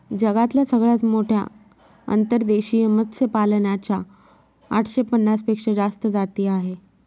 जगातल्या सगळ्यात मोठ्या अंतर्देशीय मत्स्यपालना च्या आठशे पन्नास पेक्षा जास्त जाती आहे